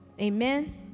Amen